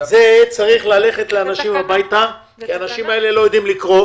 צריך ללכת לאנשים הביתה כי האנשים האלה לא יודעים לקרוא